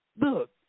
Look